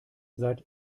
seit